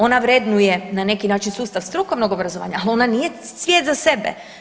Ona vrednuje na neki način sustav strukovnog obrazovanja, ali ona nije svijet za sebe.